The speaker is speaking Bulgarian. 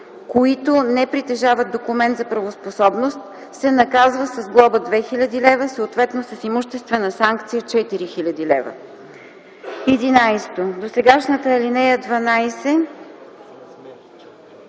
които не притежават документ за правоспособност, се наказва с глоба 2000 лв., съответно с имуществена санкция в